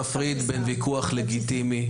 אני מפריד בין ויכוח לגיטימי,